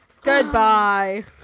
Goodbye